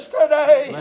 today